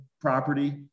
property